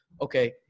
okay